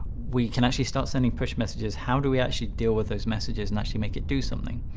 we can actually start sending push messages, how do we actually deal with those messages and actually make it do something?